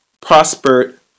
prospered